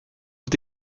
est